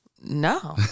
no